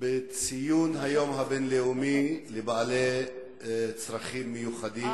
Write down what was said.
בציון היום הבין-לאומי לבעלי צרכים מיוחדים